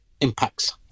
impacts